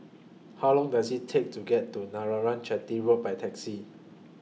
How Long Does IT Take to get to Chetty Road By Taxi